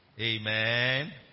Amen